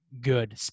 good